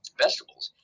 vegetables